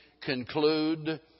conclude